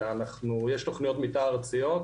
אלא יש תוכניות מתאר ארציות.